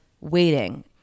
waiting